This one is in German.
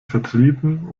vertrieben